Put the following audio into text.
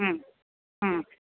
മ്മ് മ്മ്